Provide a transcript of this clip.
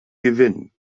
gewinnen